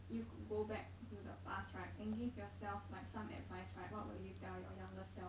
you could go back to the past right and give yourself like some advice right what would you tell your younger self